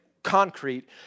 concrete